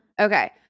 Okay